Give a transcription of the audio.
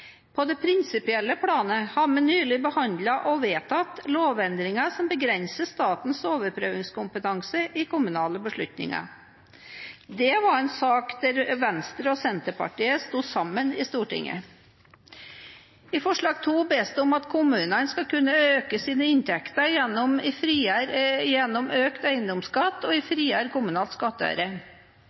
prinsipielle planet har vi nylig behandlet og vedtatt lovendringer som begrenser statens overprøvingskompetanse i kommunale beslutninger. Det var en sak der Venstre og Senterpartiet stod sammen i Stortinget. I forslag nr. 1 bes det om at kommunene skal kunne øke sine inntekter gjennom økt eiendomsskatt og en friere kommunal skattøre. Dette forslaget mener jeg må sees i